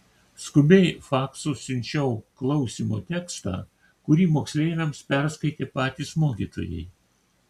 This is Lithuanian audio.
skubiai faksu siunčiau klausymo tekstą kurį moksleiviams perskaitė patys mokytojai